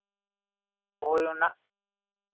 ᱦᱳᱭ ᱚᱱᱟ